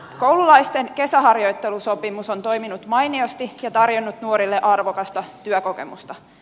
koululaisten kesäharjoittelusopimus on toiminut mainiosti ja tarjonnut nuorille arvokasta työkokemusta